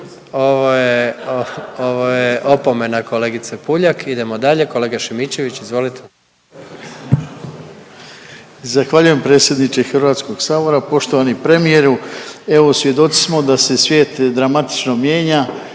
Ovo je opomena kolegice Puljak. Idemo dalje, kolega Šimičević izvolite.